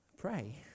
Pray